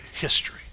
history